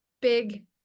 big